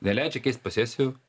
neleidžia keist posesijų